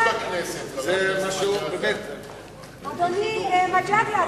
אדוני מג'אדלה,